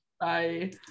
Bye